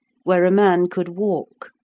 where a man could walk,